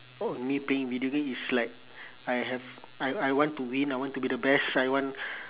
oh me playing video game it's like I have I I want to win I want to be the best I want